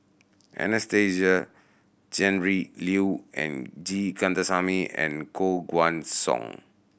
Anastasia Tjendri Liew and G Kandasamy and Koh Guan Song